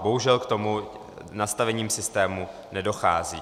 Bohužel k tomu nastavením systému nedochází.